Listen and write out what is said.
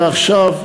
ועכשיו,